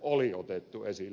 oli otettu esille